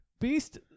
beast